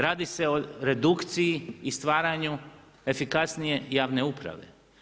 Radi se o redukciji i stvaranju efikasnije radne uprave.